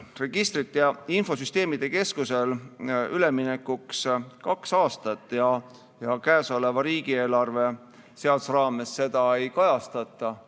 Registrite ja Infosüsteemide Keskusel on üleminekuks ette nähtud kaks aastat ja käesoleva riigieelarve seaduse raames seda ei kajastata.